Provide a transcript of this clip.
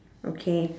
okay